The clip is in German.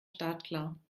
startklar